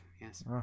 Yes